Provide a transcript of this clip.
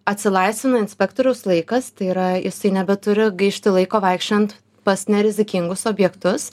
atsilaisvina inspektoriaus laikas tai yra jisai nebeturi gaišti laiko vaikščiojant pas nerizikingus objektus